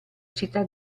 città